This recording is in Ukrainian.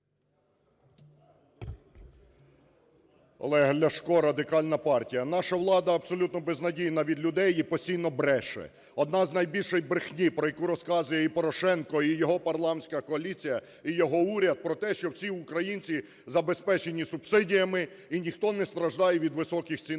Олег Ляшко, Радикальна партія. Наша влада абсолютно безнадійна від людей і постійно бреше. Одна з найбільшої брехні, про яку розказує і Порошенко, і його парламентська коаліція, і його уряд, про те, що всі українці забезпечені субсидіями і ніхто не страждає від високих цін